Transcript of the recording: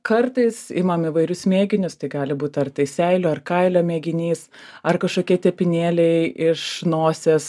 kartais imam įvairius mėginius tai gali būt ar tai seilių ar kailio mėginys ar kašokie tepinėliai iš nosies